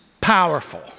powerful